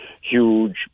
huge